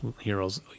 heroes